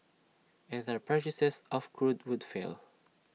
and their purchases of crude would fell